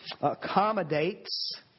accommodates